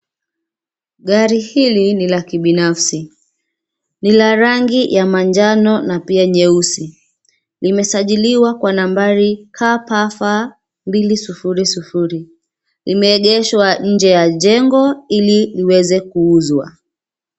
Gari hili ni la kibinafsi ni la rangi ya manjano na pia nyeusi. Limesajiliwa kwa nambari KPF 200. Limeegeshwa nje ya jengo ili liweze kuuzwa